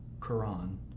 Quran